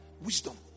Wisdom